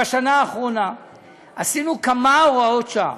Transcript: בשנה האחרונה עשינו כמה הוראות שעה.